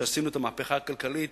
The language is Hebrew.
כשעשינו את המהפכה הכלכלית,